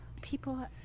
people